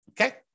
Okay